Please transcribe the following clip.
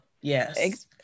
Yes